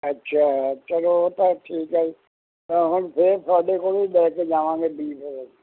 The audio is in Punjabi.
ਅੱਛਾ ਚਲੋ ਉਹ ਤਾਂ ਠੀਕ ਆ ਹਾਂ ਹੁਣ ਫਿਰ ਤੁਹਾਡੇ ਕੋਲੋਂ ਹੀ ਲੈ ਕੇ ਜਾਵਾਂਗੇ ਬੀਜ